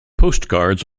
postcards